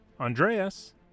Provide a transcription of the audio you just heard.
Andreas